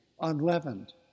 unleavened